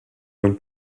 non